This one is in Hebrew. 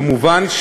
כמובן,